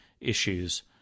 issues